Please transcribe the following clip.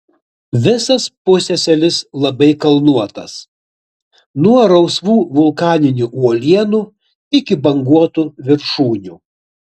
visas pusiasalis labai kalnuotas nuo rausvų vulkaninių uolienų iki banguotų viršūnių